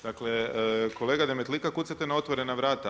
Dakle, kolega Demetlika kucate na otvorena vrata.